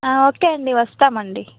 okay అండి వస్తామండి